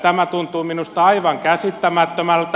tämä tuntuu minusta aivan käsittämättömältä